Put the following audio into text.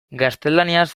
gaztelaniaz